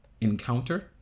encounter